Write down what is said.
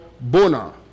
Bona